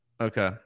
okay